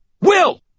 Will